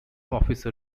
officer